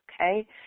okay